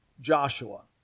Joshua